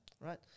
right